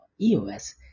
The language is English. eos